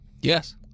Yes